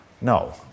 No